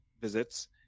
visits